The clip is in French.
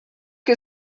que